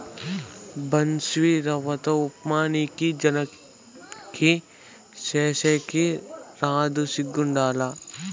బన్సీరవ్వతో ఉప్మా నీకీ జన్మకి సేసేకి రాదు సిగ్గుండాల